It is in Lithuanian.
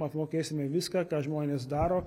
apmokėsime viską ką žmonės daro